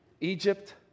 Egypt